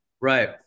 Right